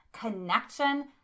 connection